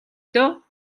дөө